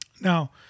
Now